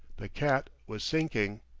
the cat was sinking.